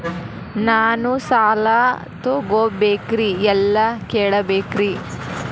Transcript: ನಾನು ಸಾಲ ತೊಗೋಬೇಕ್ರಿ ಎಲ್ಲ ಕೇಳಬೇಕ್ರಿ?